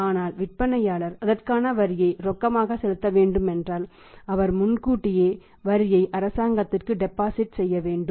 ஆனால் விற்பனையாளர் அதற்கான வரியை ரொக்கமாக செலுத்த வேண்டுமென்றால் அவர் முன்கூட்டியே வரியை அரசாங்கத்திற்கு டெபாசிட் செய்ய வேண்டும்